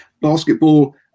Basketball